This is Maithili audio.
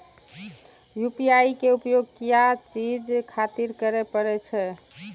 यू.पी.आई के उपयोग किया चीज खातिर करें परे छे?